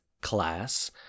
class